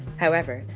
however,